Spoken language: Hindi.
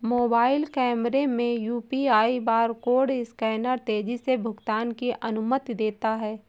मोबाइल कैमरे में यू.पी.आई बारकोड स्कैनर तेजी से भुगतान की अनुमति देता है